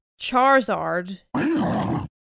Charizard